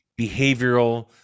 behavioral